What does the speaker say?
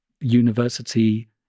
university